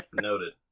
Noted